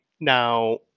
now